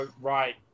right